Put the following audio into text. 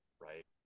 right